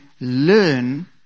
learn